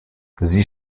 sie